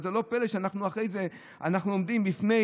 אז לא פלא שאחרי זה אנחנו עומדים בפני